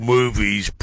Movies